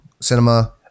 Cinema